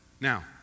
Now